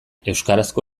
euskarazko